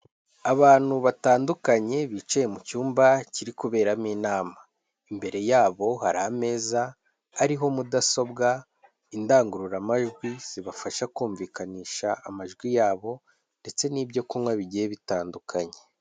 Abantu batandukanye bicaye mu cyumba kiri kuberamo inama, imbere yabo hari ameza ariho mudasobwa, indangururamajwi zibafasha kumvikanisha amajwi yabo, ndetse n'ibyo kunywa bigiye bitandukanye.